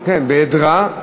בהיעדרה,